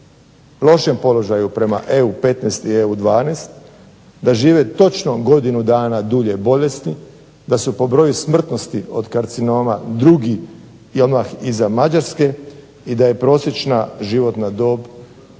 Hrvatske prema EU 15 i EU 12, da žive točno godinu dana dulje bolesni, da su po broju smrtnosti od karcinoma drugi i odmah iza Mađarske i da je prosječna životna dob primjerice